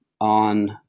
on